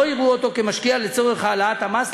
לא יראו אותו כמשקיע לצורך העלאת המס.